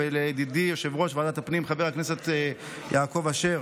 ולידידי יושב-ראש ועדת הפנים חבר הכנסת יעקב אשר,